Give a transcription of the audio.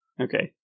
Okay